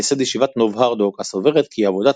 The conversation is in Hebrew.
מייסד ישיבת נובהרדוק – הסוברת כי עבודת